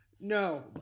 No